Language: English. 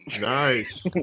Nice